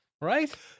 Right